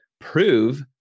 prove